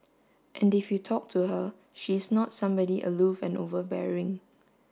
and if you talk to her she's not somebody aloof and overbearing